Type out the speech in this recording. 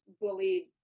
bullied